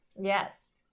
Yes